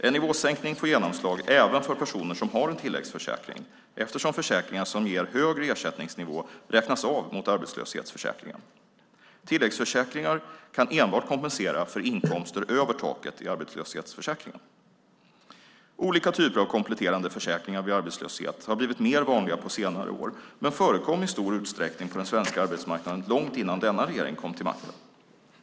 En nivåsänkning får genomslag även för personer som har en tilläggsförsäkring eftersom försäkringar som ger högre ersättningsnivå räknas av mot arbetslöshetsersättningen. Tilläggsförsäkringar kan enbart kompensera för inkomster över taket i arbetslöshetsförsäkringen. Olika typer av kompletterande försäkringar vid arbetslöshet har blivit mer vanliga på senare år men förekom i stor utsträckning på den svenska arbetsmarknaden långt innan denna regering kom till makten.